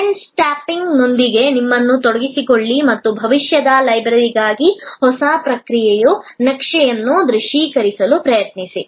trends ಸ್ಪಾಟಿಂಗ್ನೊಂದಿಗೆ ನಿಮ್ಮನ್ನು ತೊಡಗಿಸಿಕೊಳ್ಳಿ ಮತ್ತು ಭವಿಷ್ಯದ ಲೈಬ್ರರಿಗಾಗಿ ಹೊಸ ಪ್ರಕ್ರಿಯೆಯ ನಕ್ಷೆಯನ್ನು ದೃಶ್ಯೀಕರಿಸಲು ಪ್ರಯತ್ನಿಸಿ